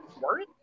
worth